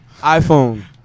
iPhone